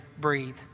breathe